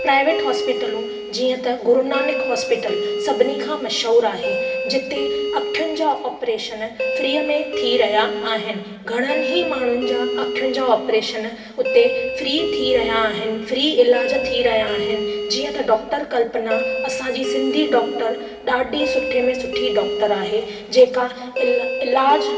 private हॉस्पिटलूं जीअं त गुरु नानक हॉस्पिटल सभिनी खां मशहूर आहे जिते अख़ियुनि जा ऑपरेशन फ्रीअ में थी रहिया आहिनि घणनि ई माण्हुनि जा अख़ियुनि जा ऑपरेशन उते फ्री थी रहिया आहिनि फ्री इलाज थी रहिया आहिनि जीअं त डॉक्टर कल्पना असांजी सिंधी डॉक्टर ॾाढी सुठे में सुठी डॉक्टर आहे जेका इल इलाज